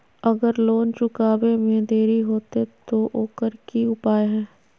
अगर लोन चुकावे में देरी होते तो ओकर की उपाय है?